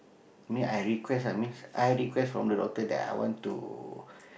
mean I request ah means I request from the doctor that I want to